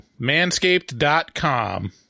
Manscaped.com